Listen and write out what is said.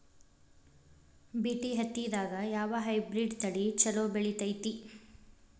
BT ಹತ್ತಿದಾಗ ಯಾವ hybrid ತಳಿ ಛಲೋ ಬೆಳಿತೈತಿ?